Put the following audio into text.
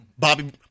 Bobby